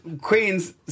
Queens